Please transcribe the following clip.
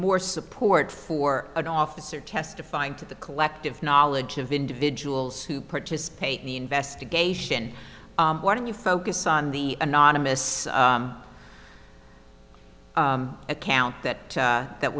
more support for an officer testifying to the collective knowledge of individuals who participate in the investigation why do you focus on the anonymous account that that